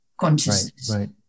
consciousness